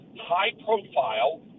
high-profile